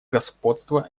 господства